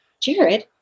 Jared